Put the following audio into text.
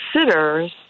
considers